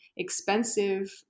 expensive